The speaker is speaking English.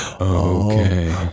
Okay